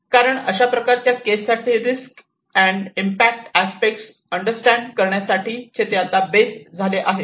कारण अशा प्रकारच्या केस साठी risk and impact aspect understand करण्यासाठी ते आता बेस झाले आहेत